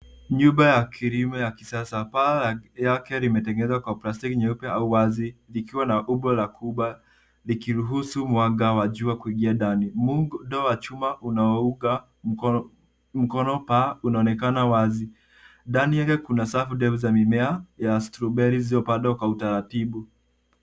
Nyumba ya kilimo ya kisasa ambayo ndani yake imetengenezwa na plastiki nyeupe au wazi likiwa umbo la kuba likiruhusu mwanga wa jua kuingia ndani. Muundo wa chuma unaunga mkono paa unaonekana wazi. Ndani yake kuna safu ndefu za mimea ya strawberry iliopandwa kwa taratibu.